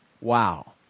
Wow